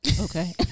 Okay